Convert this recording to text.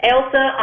Elsa